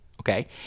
Okay